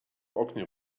oknie